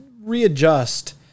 readjust